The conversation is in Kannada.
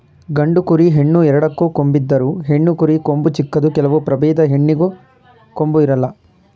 ಗಂಡು ಕುರಿ, ಹೆಣ್ಣು ಎರಡಕ್ಕೂ ಕೊಂಬಿದ್ದರು, ಹೆಣ್ಣು ಕುರಿಗೆ ಕೊಂಬು ಚಿಕ್ಕದು ಕೆಲವು ಪ್ರಭೇದದ ಹೆಣ್ಣಿಗೆ ಕೊಂಬು ಇರಲ್ಲ